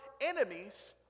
enemies